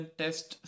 test